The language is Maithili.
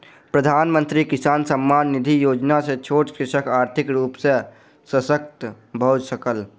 प्रधानमंत्री किसान सम्मान निधि योजना सॅ छोट कृषक आर्थिक रूप सॅ शशक्त भअ सकल